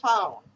phone